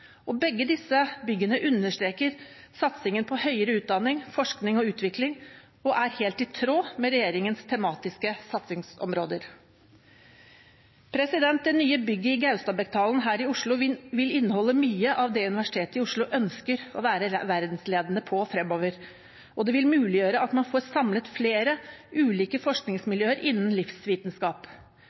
Trondheim. Begge disse byggene understreker satsingen på høyere utdanning, forskning og utvikling, og er helt i tråd med regjeringens tematiske satsingsområder. Det nye bygget i Gaustadbekkdalen her i Oslo vil inneholde mye av det Universitetet i Oslo ønsker å være verdensledende på fremover. Det vil muliggjøre at man får samlet flere ulike forskningsmiljøer innenfor livsvitenskap.